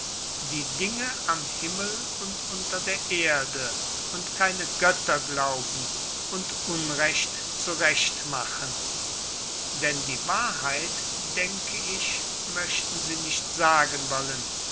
die dinge am himmel und unter der erde und keine götter glauben und unrecht zu recht machen denn die wahrheit denke ich möchten sie nicht sagen wollen